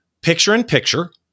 picture-in-picture